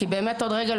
כי באמת עוד רגע,